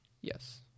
Yes